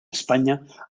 españa